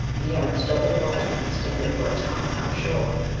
the erentz double walls would withstand it for a time, i was sure.